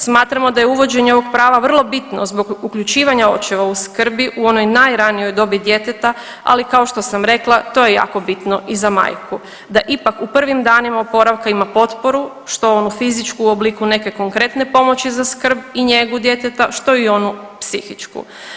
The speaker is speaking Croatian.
Smatramo da je uvođenje ovog prava vrlo bitno zbog uključivanja očeva u skrbi u onoj najranijoj dobi djeteta ali kao što sam rekla to je jako bino i za majku da ipak u prvim danima oporavka ima potporu što onu fizičku u obliku neke konkretne pomoći za skrb i njegu djeteta, što i onu psihičku.